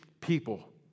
people